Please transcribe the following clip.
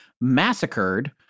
massacred